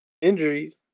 injuries